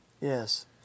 Yes